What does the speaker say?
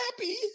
happy